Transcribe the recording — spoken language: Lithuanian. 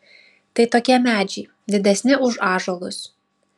tai tokie medžiai didesni už ąžuolus